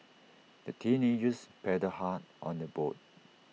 the teenagers paddled hard on their boat